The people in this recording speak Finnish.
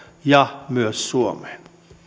ja myös suomeen